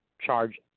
charge